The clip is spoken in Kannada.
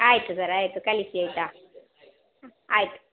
ಆಯಿತು ಸರ್ ಆಯಿತು ಕಳಿಸಿ ಆಯ್ತಾ ಆಯಿತು